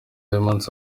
y’umunsi